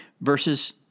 Verses